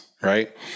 right